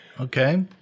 Okay